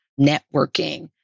networking